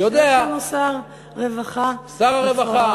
יש לנו שר הרווחה, שר הרווחה.